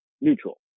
neutral